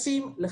אז